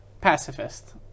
pacifist